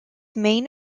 main